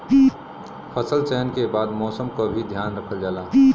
फसल चयन के बाद मौसम क भी ध्यान रखल जाला